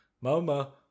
Mama